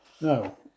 no